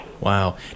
Wow